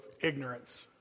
ignorance